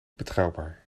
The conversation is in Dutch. betrouwbaar